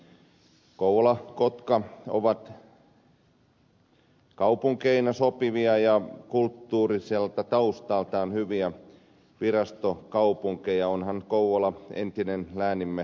kouvola ja kotka ovat kaupunkeina sopivia ja kulttuuriselta taustaltaan hyviä virastokaupunkeja onhan kouvola entinen läänimme pääkaupunki